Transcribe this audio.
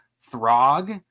Throg